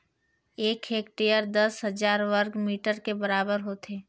एक हेक्टेयर दस हजार वर्ग मीटर के बराबर होथे